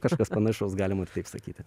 kažkas panašaus galima ir taip sakyti